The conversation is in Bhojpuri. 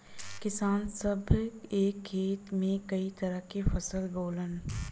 किसान सभ एक खेत में कई तरह के फसल बोवलन